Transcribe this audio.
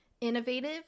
innovative